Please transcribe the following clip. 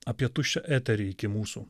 apie tuščią eterį iki mūsų